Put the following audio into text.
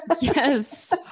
Yes